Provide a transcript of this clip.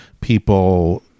people